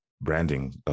branding